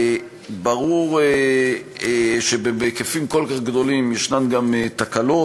וברור שבהיקפים כל כך גדולים יש גם תקלות,